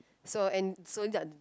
so and so